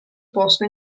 posto